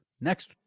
next